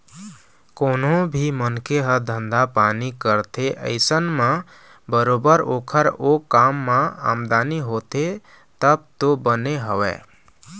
कोनो भी मनखे ह धंधा पानी करथे अइसन म बरोबर ओखर ओ काम म आमदनी होथे तब तो बने हवय